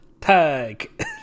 tag